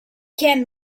can